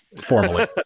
formally